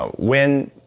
ah when